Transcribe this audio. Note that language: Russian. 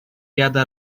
ряда